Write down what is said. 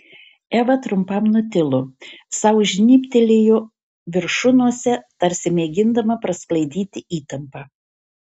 eva trumpam nutilo sau žnybtelėjo viršunosę tarsi mėgindama prasklaidyti įtampą